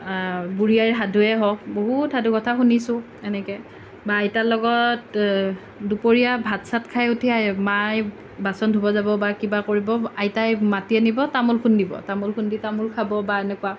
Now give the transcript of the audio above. বুঢ়ী আইৰ সাধুৱে হওক বহুত সাধুকথা শুনিছোঁ এনেকৈ বা আইতাৰ লগত দুপৰীয়া ভাত চাত খাই উঠি আই মাই বাচন ধুব যাব বা কিবা কৰিব আইতাই মাতি আনিব তামোল খুন্দিব তামোল খুন্দি তামোল খাব বা এনেকুৱা